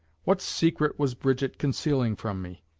what secret was brigitte concealing from me?